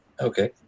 Okay